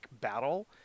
battle